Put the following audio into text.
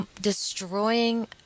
destroying